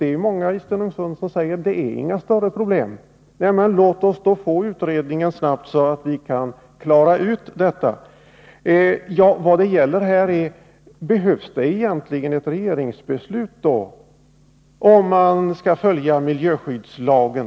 Det är många i Stenungsund som säger att det inte är några större problem. Men låt oss då få utredningen snabbt i gång, så att vi kan klara ut detta. Vad det här gäller är: Behövs egentligen ett regeringsbeslut, om man skall följa miljöskyddslagen?